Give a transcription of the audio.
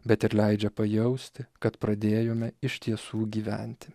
bet ir leidžia pajausti kad pradėjome iš tiesų gyventi